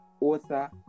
author